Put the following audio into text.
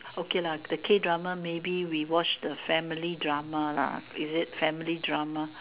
okay lah the K drama maybe we watch the family drama lah is it family drama